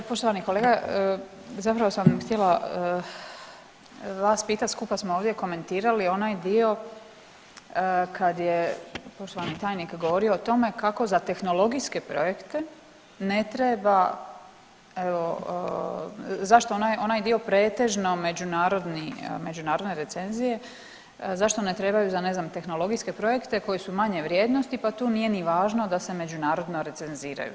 Evo poštovani kolega, zapravo sam htjela vas pitat, skupa smo ovdje komentirali onaj dio kad je poštovani tajnik govorio o tome kako za tehnologijske projekte ne treba evo zašto onaj onaj dio pretežno međunarodni, međunarodne recenzije zašto ne trebaju za ne znam tehnologijske projekte koji su manje vrijednosti, pa tu nije ni važno da se međunarodno recenziraju.